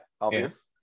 obvious